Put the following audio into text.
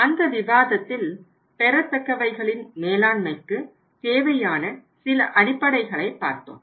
அந்த விவாதத்தில் பெறத்தக்கவைகளின் மேலாண்மைக்கு தேவையான சில அடிப்படைகளை பார்த்தோம்